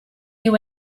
you